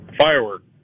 Firework